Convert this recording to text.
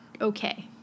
okay